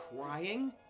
crying